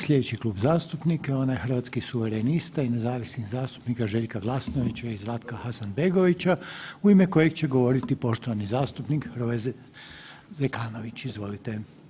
Slijedeći Klub zastupnika je onaj hrvatskih suverenista i nezavisnih zastupnika Željka Glasnovića i Zlatka Hasanbegovića u ime kojeg će govoriti poštovani zastupnik Hrvoje Zekanović, izvolite.